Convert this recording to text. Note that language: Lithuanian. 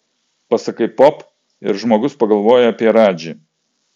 pasakai pop ir žmogus pagalvoja apie radžį